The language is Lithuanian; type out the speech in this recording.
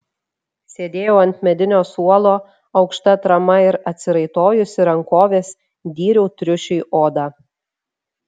sėdėjau ant medinio suolo aukšta atrama ir atsiraitojusi rankoves dyriau triušiui odą